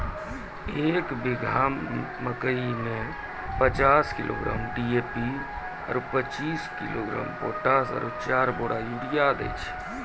एक बीघा मे मकई मे पचास किलोग्राम डी.ए.पी आरु पचीस किलोग्राम पोटास आरु चार बोरा यूरिया दैय छैय?